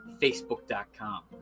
Facebook.com